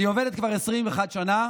אני עובדת כבר 21 שנה,